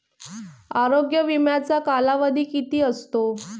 आरोग्य विम्याचा कालावधी किती असतो?